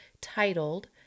titled